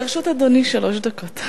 לרשות אדוני שלוש דקות.